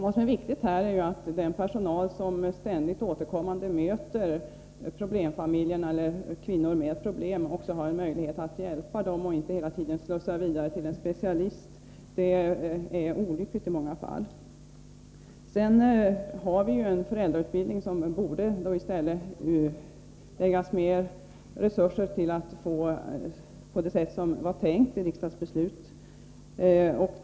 Vad som är viktigt här är att den personal som ständigt möter kvinnor med problem också har en möjlighet att hjälpa dem och inte hela tiden behöva slussa dem vidare till en specialist. Detta är i många fall olyckligt. Den föräldrautbildning som finns borde tillföras de resurser som behövs för att den skall kunna fungera på det sätt som var tänkt när riksdagen fattade beslut om den.